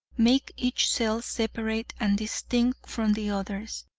make each cell separate and distinct from the others.